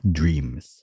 dreams